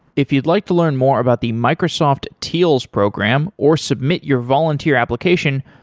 if you'd like to learn more about the microsoft teals program, or submit your volunteer application,